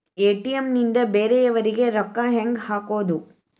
ATM ನಿಂದ ಬೇರೆಯವರಿಗೆ ರೊಕ್ಕ ಹೆಂಗ್ ಹಾಕೋದು?